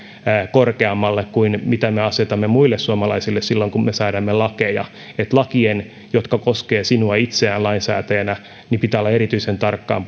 korkeammalle kuin me asetamme muille suomalaisille silloin kun me säädämme lakeja että lakien jotka koskevat sinua itseäsi lainsäätäjänä pitää olla erityisen tarkkaan